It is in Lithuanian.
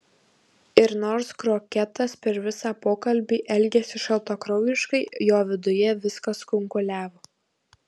ir nors kroketas per visą pokalbį elgėsi šaltakraujiškai jo viduje viskas kunkuliavo